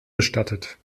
bestattet